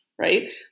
Right